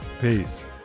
Peace